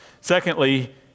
Secondly